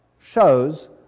shows